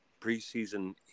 preseason